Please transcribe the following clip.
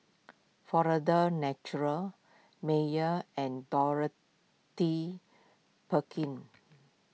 Florida's Natural Mayer and Dorothy Perkins